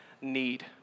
need